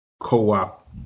Co-op